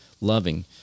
loving